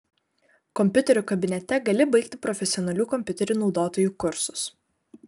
kompiuterių kabinete gali baigti profesionalių kompiuterių naudotojų kursus